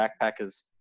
backpackers